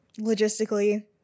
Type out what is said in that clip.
logistically